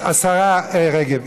השרה רגב,